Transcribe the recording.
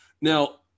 Now